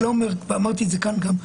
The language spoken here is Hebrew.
אמרתי כבר כמה פעמים,